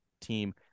team